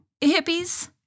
hippies